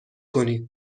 کنید